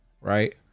right